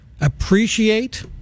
appreciate